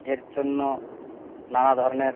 এর জন্য নানা ধরনের